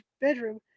bedroom